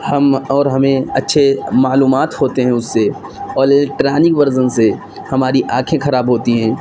ہم اور ہمیں اچّھے معلومات ہوتے ہیں اس سے اور اللٹرانک ورزن سے ہماری آنکھیں خراب ہوتی ہیں